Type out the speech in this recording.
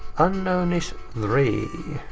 unknown is three.